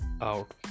out